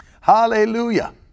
Hallelujah